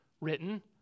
written